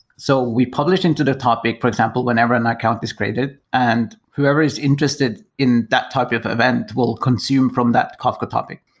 so we publish into the topic, for example, whenever an account is created and whoever is interested in that topic but and will consume from that kafka topic.